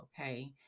okay